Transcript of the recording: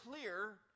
clear